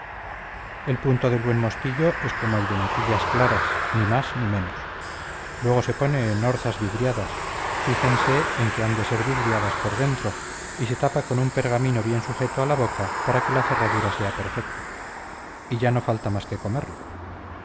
el punto del buen mostillo es como el de natillas claras ni más ni menos luego se pone en orzas vidriadas fijense en que han de ser vidriadas por dentro y se tapa con una pergamino bien sujeto a la boca para que la cerradura sea perfecta y ya no falta más que comerlo